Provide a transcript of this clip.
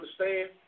understand